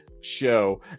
show